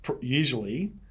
usually